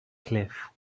cliff